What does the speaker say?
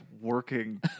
working